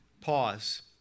Pause